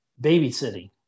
babysitting